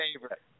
favorite